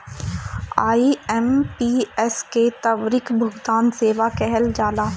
IMPS के त्वरित भुगतान सेवा कहल जाला